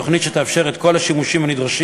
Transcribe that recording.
תוכנית שתאפשר את כל השימושים הנדרשים